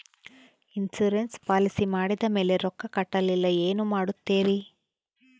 Insurance policy ಮಾಡಿದ ಮೇಲೆ ರೊಕ್ಕ ಕಟ್ಟಲಿಲ್ಲ ಏನು ಮಾಡುತ್ತೇರಿ?